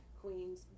Queens